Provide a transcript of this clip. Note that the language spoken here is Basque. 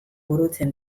burutzen